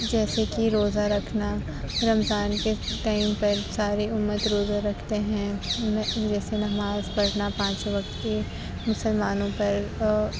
جیسے کہ روزہ رکھنا رمضان کے ٹائم پر ساری امت روزہ رکھتے ہیں جیسے نماز پڑھنا پانچ وقت کی مسلمانوں پر